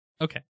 Okay